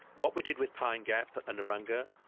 what we did with pine gap and urunga,